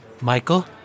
Michael